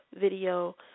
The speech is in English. video